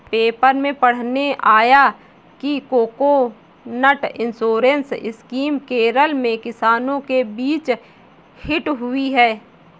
paper में पढ़ने आया कि कोकोनट इंश्योरेंस स्कीम केरल में किसानों के बीच हिट हुई है